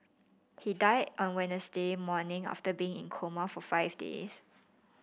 he died on Wednesday morning after being in a coma for five days